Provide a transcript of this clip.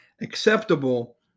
acceptable